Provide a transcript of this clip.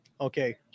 Okay